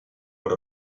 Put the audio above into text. what